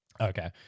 Okay